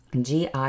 gi